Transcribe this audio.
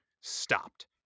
stopped